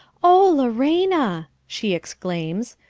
oh, lorena! she exclaims,